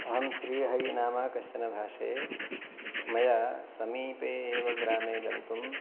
अहं श्रीहरिनाम कश्चन भाषे मया समीपे एव ग्रामे गन्तुं